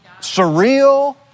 Surreal